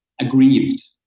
aggrieved